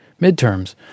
midterms